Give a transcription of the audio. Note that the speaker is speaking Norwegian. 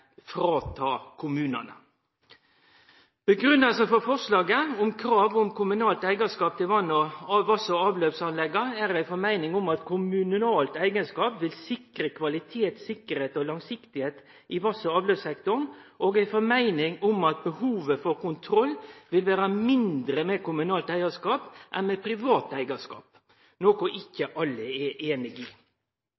for forslaget om krav om kommunalt eigarskap til vass- og avløpsanlegga er ei oppfatning om at kommunalt eigarskap vil sikre kvalitet, sikkerheit og langsiktigheit i vass- og avløpssektoren og ei oppfatning om at behovet for kontroll vil vere mindre med kommunalt eigarskap enn med privat eigarskap – noko ikkje